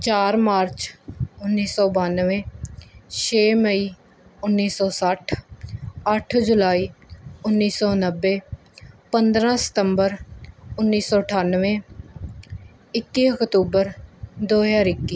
ਚਾਰ ਮਾਰਚ ਉੱਨੀ ਸੌ ਬਾਨਵੇਂ ਛੇ ਮਈ ਉੱਨੀ ਸੌ ਸੱਠ ਅੱਠ ਜੁਲਾਈ ਉੱਨੀ ਸੌ ਨੱਬੇ ਪੰਦਰਾਂ ਸਤੰਬਰ ਉੱਨੀ ਸੌ ਅਠਾਨਵੇਂ ਇੱਕੀ ਅਕਤੂਬਰ ਦੋ ਹਜ਼ਾਰ ਇੱਕੀ